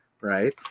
right